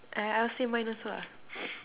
I ask you mine also lah